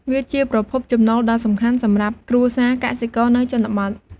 វាជាប្រភពចំណូលដ៏សំខាន់សម្រាប់គ្រួសារកសិករនៅជនបទ។